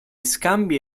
scambi